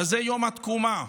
אבל זה יום התקומה.